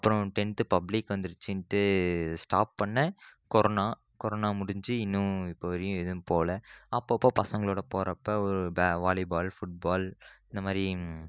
அப்புறம் tenth public வந்துடுச்சின்னுட்டு stop பண்ண கொரோனா கொரோனா முடிஞ்சு இன்னும் இப்போது வரையும் எதுவும் போகல அப்பப்போ பசங்களோட போகறப்ப வாலி பால் ஃபுட் பால் இந்த மாதிரி